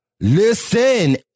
listen